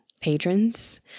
patrons